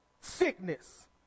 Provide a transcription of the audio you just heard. sickness